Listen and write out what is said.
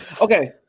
Okay